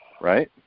right